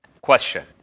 question